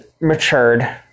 matured